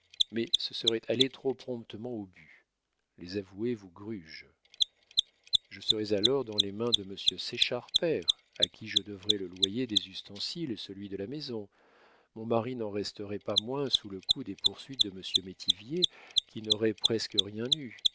mais ce serait aller trop promptement au but les avoués vous grugent je serais alors dans les mains de monsieur séchard père à qui je devrais le loyer des ustensiles et celui de la maison mon mari n'en resterait pas moins sous le coup des poursuites de monsieur métivier qui n'aurait presque rien eu